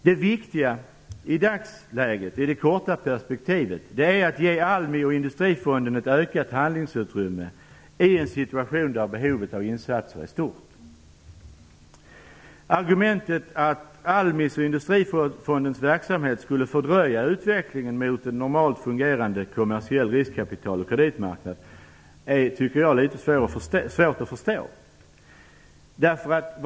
Det viktiga i dagsläget, i det korta perspektivet, är att ge ALMI och Industrifonden ett ökat handlingsutrymme i en situation där behovet av insatser är stort. Argumentet att ALMI:s och Industrifondens verksamhet skulle fördröja utvecklingen mot en normalt fungerande kommersiell riskkapital och kreditmarknad tycker jag är litet svårt att förstå.